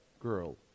girl